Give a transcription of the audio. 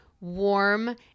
warm